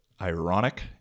ironic